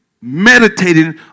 meditating